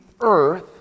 earth